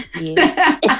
yes